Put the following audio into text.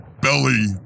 belly